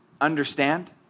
understand